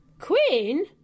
Queen